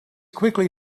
quickly